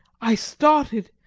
i started,